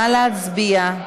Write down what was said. נא להצביע.